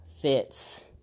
fits